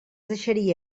deixaria